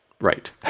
Right